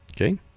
Okay